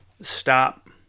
stop